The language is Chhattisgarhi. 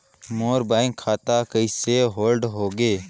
मोर बैंक खाता कइसे होल्ड होगे?